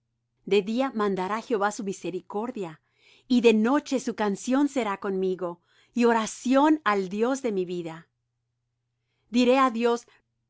de día mandará jehová su misericordia y de noche su canción será conmigo y oración al dios de mi vida diré